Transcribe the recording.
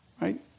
right